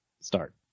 start